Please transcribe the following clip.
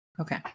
Okay